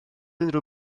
unrhyw